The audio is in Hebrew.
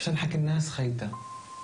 שאנחנו יודעים ששיעור התלונות יחסית נמוך.